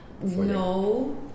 No